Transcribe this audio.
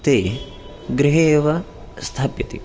ते गृहे एव स्थाप्यति